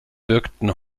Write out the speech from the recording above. wirkten